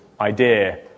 idea